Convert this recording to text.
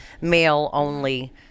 male-only